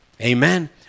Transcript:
Amen